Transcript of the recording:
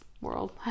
world